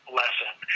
lesson